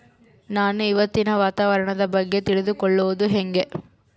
ನಾನು ಇವತ್ತಿನ ವಾತಾವರಣದ ಬಗ್ಗೆ ತಿಳಿದುಕೊಳ್ಳೋದು ಹೆಂಗೆ?